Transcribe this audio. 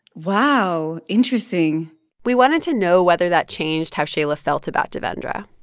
wow. interesting we wanted to know whether that changed how shaila felt about devendra.